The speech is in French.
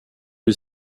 les